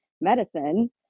medicine